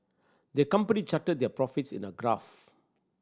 the company charted their profits in a graph